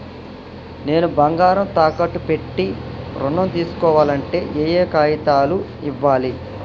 నేను బంగారం తాకట్టు పెట్టి ఋణం తీస్కోవాలంటే ఏయే కాగితాలు ఇయ్యాలి?